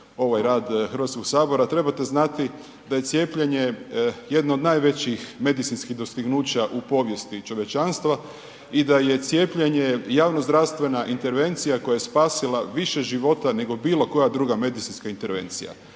ovaj rad Hrvatskog sabora trebate znati da je cijepljenje jedno od najvećih medicinskih dostignuća u povijesti čovječanstva i da je cijepljenje javnozdravstvena intervencija koja je spasila više života nego bilo koja druga medicinska intervencija.